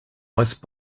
ice